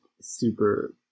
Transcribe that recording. super